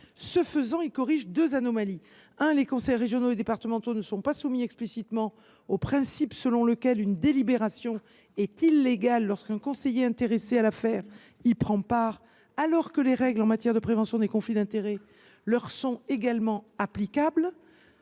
permettent de corriger deux anomalies. D’une part, les conseils régionaux et départementaux ne sont pas soumis explicitement aux principes selon lesquels une délibération est illégale lorsqu’un conseiller intéressé à l’affaire y prend part, alors que les règles en matière de prévention des conflits d’intérêts leur sont également applicables.